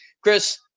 Chris